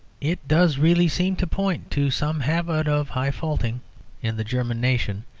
it does really seem to point to some habit of high-faultin' in the german nation,